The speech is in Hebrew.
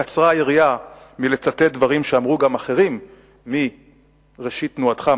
קצרה היריעה מלצטט דברים שאמרו גם אחרים מראשית תנועתך,